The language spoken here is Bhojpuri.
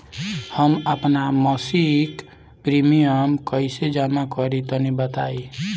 हम आपन मसिक प्रिमियम कइसे जमा करि तनि बताईं?